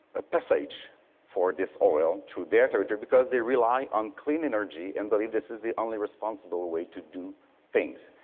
a passage for this oil through their territory, because they rely on clean energy and believe this is the only responsible way to do things.